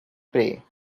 pray